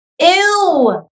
Ew